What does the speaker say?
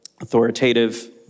authoritative